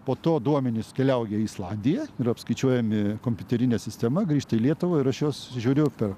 po to duomenys keliauja į islandiją yra apskaičiuojami kompiuterine sistema grįžta į lietuvą ir aš juos žiūriu per